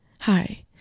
Hi